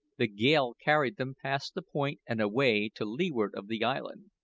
the gale carried them past the point and away to leeward of the island.